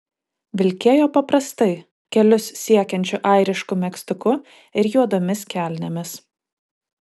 vilkėjo paprastai kelius siekiančiu airišku megztuku ir juodomis kelnėmis